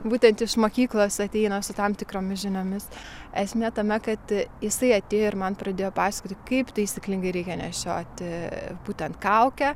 būtent iš mokyklos ateina su tam tikromis žiniomis esmė tame kad jisai atėjo ir man pradėjo pasakoti kaip taisyklingai reikia nešioti būtent kaukę